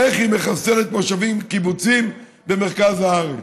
איך היא מחסלת מושבים וקיבוצים במרכז הארץ.